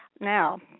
Now